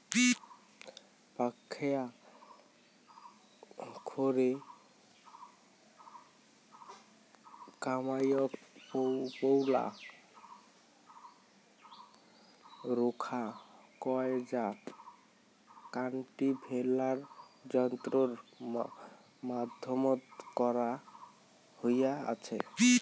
পাকখেয়া খোরে কামাইয়ক পৈলা খোরা কয় যা কাল্টিভেটার যন্ত্রর মাধ্যমত করা হয়া আচে